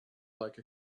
like